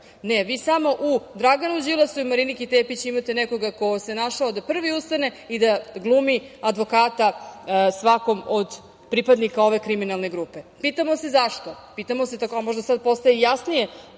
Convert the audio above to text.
Ne, vi samo u Draganu Đilasu i Mariniki Tepić imate nekoga ko se našao da prvi ustane i da glumi advokata svakom od pripadnika ove kriminalne grupe. Pitamo se zašto, pitamo se, a možda sada postaje jasnije